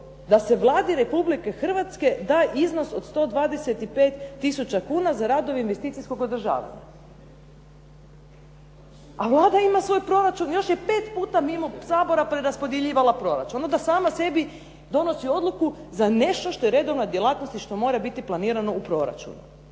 da se Vladi Republike Hrvatske da iznos od 125 tisuća kuna za radove investicijskog održavanja. A Vlada ima svoj proračun, još je 5 puta mimo Sabora preraspodjeljivala proračun, onda sama sebi donosi odluku za nešto što je redovna djelatnost i što mora biti planirano u proračunu.